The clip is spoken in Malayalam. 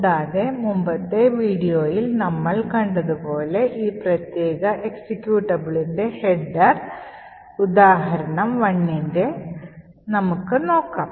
കൂടാതെ മുമ്പത്തെ വീഡിയോയിൽ നമ്മൾ കണ്ടതുപോലെ ഈ പ്രത്യേക എക്സിക്യൂട്ടബിളിന്റെ header ഉദാഹരണം 1ൻറെ നമുക്ക് നോക്കാം